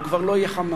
הוא כבר לא יהיה "חמאס".